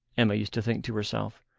emma used to think to herself,